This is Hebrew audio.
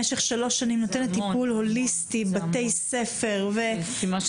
במשך שלוש שנים שלמות נותנת טיפול הוליסטי בבתי הספר ואחר